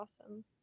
awesome